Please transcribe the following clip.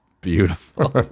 beautiful